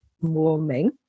warming